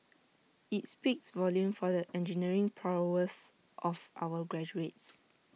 IT speaks volumes for the engineering prowess of our graduates